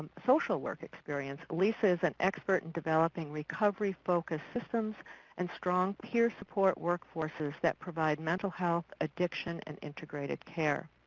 social work experience, lisa is an expert in developing recovery focused systems and strong peer support workforces that provide mental health addiction and integrated care.